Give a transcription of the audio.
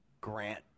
Grant